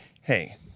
hey